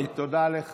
אוקיי, תודה לך.